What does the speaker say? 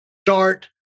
start